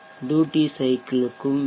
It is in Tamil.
ட்யூட்டி சைக்கிள்க்கும் VC வி